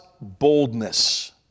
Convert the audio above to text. boldness